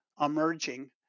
emerging